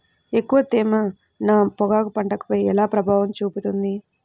ఎక్కువ తేమ నా పొగాకు పంటపై ఎలా ప్రభావం చూపుతుంది?